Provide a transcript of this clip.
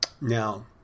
Now